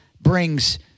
brings